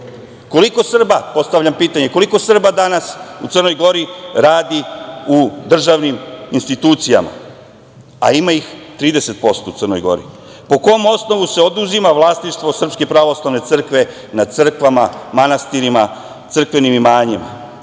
istorije. Postavljam pitanje koliko Srba danas u Crnoj Gori radi u državnim institucijama, a ima ih 30% u Crnoj Gori? Po kom osnovu se oduzima vlasništvo Srpske pravoslavne crkve nad crkvama, manastirima, crkvenim imanjem?